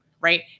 right